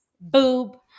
boob